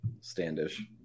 Standish